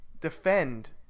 Defend